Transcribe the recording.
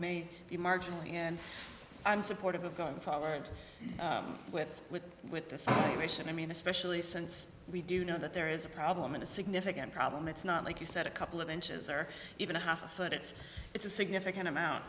may be marginal and i'm supportive of going forward with with this nation i mean especially since we do know that there is a problem and a significant problem it's not like you said a couple of inches or even a half but it's it's a significant amount